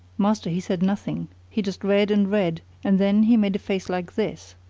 master, he said nothing. he just read and read, and then he made a face like this.